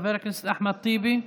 חבר הכנסת אחמד טיבי,